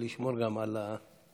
ולשמור על האווירה.